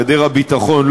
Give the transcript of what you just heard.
גדר הביטחון,